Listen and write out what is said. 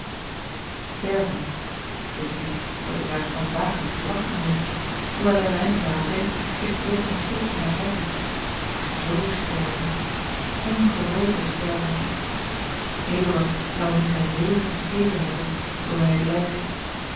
sterven dit is iets dat de krijgsman dagelijks te wachten heeft george een ongeluksvogel hoewel hij weinig daaraan denkt is de dood hem steeds nabij maar z sterven ongewroken sterven eduard zou nu zijn leven gegeven hebben zoo hij het lijk